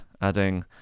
adding